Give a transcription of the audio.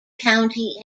county